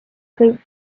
kõik